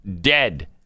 dead